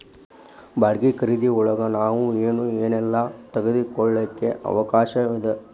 ಬಾಡ್ಗಿ ಖರಿದಿಯೊಳಗ್ ನಾವ್ ಏನ್ ಏನೇಲ್ಲಾ ತಗೊಳಿಕ್ಕೆ ಅವ್ಕಾಷದ?